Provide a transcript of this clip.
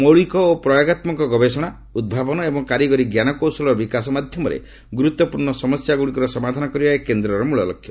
ମୌଳିକ ଓ ପ୍ରୟାଗାତ୍ମକ ଗବେଷଣା ଉଦ୍ଭାବନ ଏବଂ କାରିଗରି ଜ୍ଞାନକୌଶଳର ବିକାଶ ମାଧ୍ୟମରେ ଗୁରୁତ୍ୱପୂର୍ଣ୍ଣ ସମସ୍ୟା ଗୁଡ଼ିକର ସମାଧାନ କରିବା ଏହି କେନ୍ଦ୍ରର ମୂଳ ଲକ୍ଷ୍ୟ